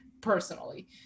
personally